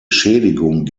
schädigung